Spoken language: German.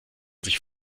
sich